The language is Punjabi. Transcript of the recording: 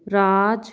ਰਾਜ